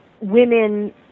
women